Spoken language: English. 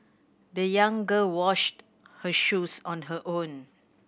the young girl washed her shoes on her own